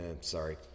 sorry